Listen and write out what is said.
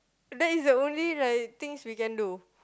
that is the only like things we can do